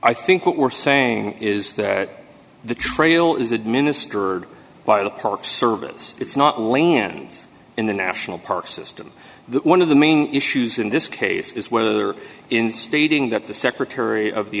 i think what we're saying is that the trail is administered by the park service it's not lands in the national park system one of the main issues in this case is whether in stating that the secretary of the